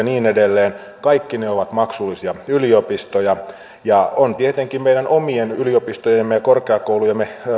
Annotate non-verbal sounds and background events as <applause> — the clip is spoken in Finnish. <unintelligible> niin edelleen kaikki ne ovat maksullisia yliopistoja ja on tietenkin meidän omien yliopistojemme ja korkeakoulujemme